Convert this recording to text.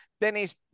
Dennis